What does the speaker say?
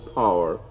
power